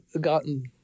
gotten